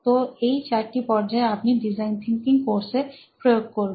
তো এই চারটি পর্যায়ে আপনি ডিজাইন থিঙ্কিং কোর্সে প্রয়োগ করবেন